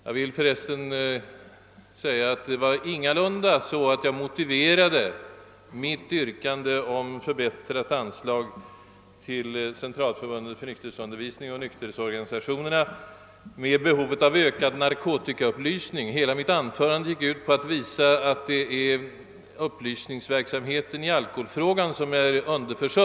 Jag vill framhålla att jag ingalunda motionerade mitt yrkande om höjt anslag till Centralförbundet för nykterhetsundervisning och nykterhetsorganisationerna med behovet av ökad narkotikaupplysning. Hela mitt anförande gick ut på att visa att det är upplysningsverksamheten i alkoholfrågan som är otillräcklig.